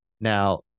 Now